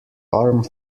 armed